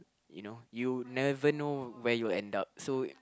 you know you never know where you end up so